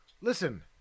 Listen